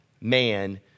man